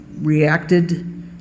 reacted